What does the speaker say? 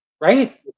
Right